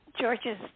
George's